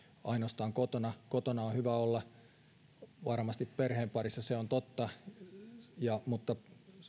ainoastaan kotona kotona on varmasti hyvä olla perheen parissa se on totta mutta